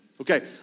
Okay